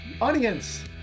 audience